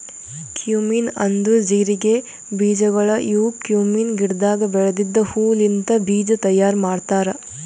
cumin ಅಂದುರ್ ಜೀರಿಗೆ ಬೀಜಗೊಳ್ ಇವು ಕ್ಯುಮೀನ್ ಗಿಡದಾಗ್ ಬೆಳೆದಿದ್ದ ಹೂ ಲಿಂತ್ ಬೀಜ ತೈಯಾರ್ ಮಾಡ್ತಾರ್